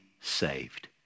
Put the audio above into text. saved